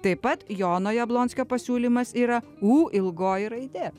taip pat jono jablonskio pasiūlymas yra u ilgoji raidė